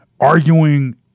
arguing –